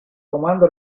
comando